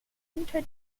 hinter